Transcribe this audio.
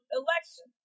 election